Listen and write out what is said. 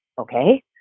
okay